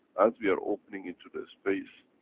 as we are opening into the space.